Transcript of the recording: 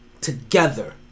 together